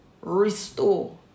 restore